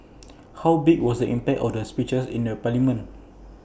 how big was the impact of their speeches in A parliament